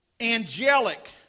angelic